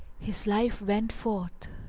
his life went forth.